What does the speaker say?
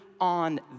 on